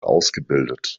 ausgebildet